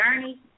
journey